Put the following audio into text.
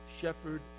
shepherd